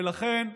ולכן,